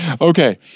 Okay